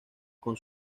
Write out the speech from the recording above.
con